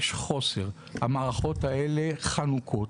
המערכות האלו חנוקות,